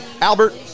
Albert